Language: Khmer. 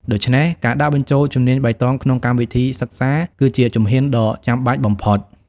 ដូច្នេះ ការដាក់បញ្ចូលជំនាញបៃតងក្នុងកម្មវិធីសិក្សាគឺជាជំហានដ៏ចាំបាច់បំផុត។